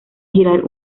girar